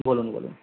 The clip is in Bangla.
বলুন বলুন